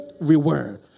reward